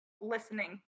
listening